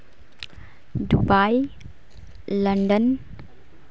Dubai London